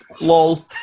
Lol